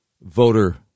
voter